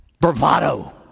Bravado